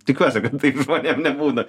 tikiuosi kad taip žmonėm nebūna